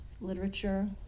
literature